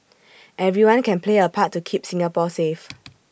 everyone can play A part to keep Singapore safe